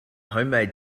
homemade